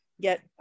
get